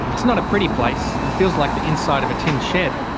it's not a pretty place, and feels like the inside of a tin shed.